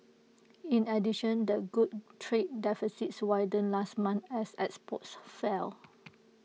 in addition the good trade deficit widened last month as exports fell